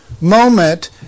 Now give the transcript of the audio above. moment